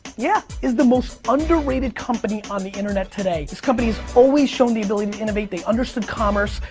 yeah, is the most underrated company on the internet today. this company is always showing the ability to innovate, they understood commerce,